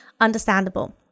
understandable